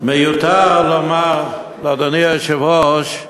מיותר לומר לאדוני היושב-ראש,